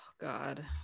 God